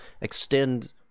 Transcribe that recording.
extend